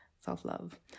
self-love